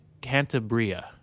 Cantabria